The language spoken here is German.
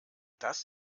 das